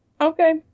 okay